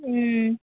ᱢᱻ